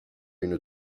une